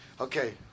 Okay